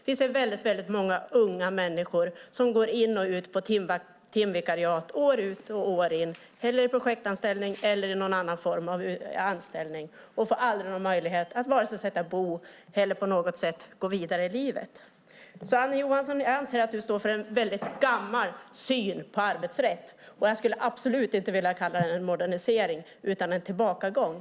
Vi ser väldigt många unga människor som år ut och år in går in och ut i timvikariat, projektanställningar eller någon annan form av anställning. De får ingen möjlighet att vare sig sätta bo eller gå vidare i livet. Jag anser att du står för en väldigt gammal syn på arbetsrätt, Annie Johansson. Jag skulle absolut inte vilja kalla det en modernisering utan en tillbakagång.